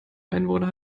einwohner